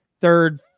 third